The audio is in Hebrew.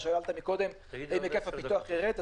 שאלת קודם אם היקף הפיתוח יירד,